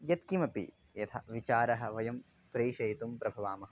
यत्किमपि यथा विचारं वयं प्रेषयितुं प्रभावामः